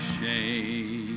shame